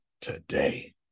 today